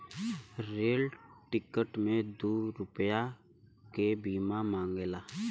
rail ticket मे दू रुपैया के बीमा मांगेला